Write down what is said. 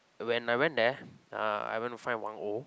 when I went there uh I went to find